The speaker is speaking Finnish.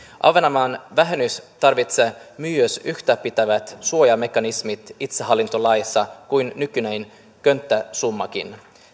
ahvenanmaan vähennys tarvitsee myös yhtäpitävät suojamekanismit itsehallintolaissa kuin nykyinen könttäsummakin